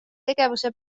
tegevuse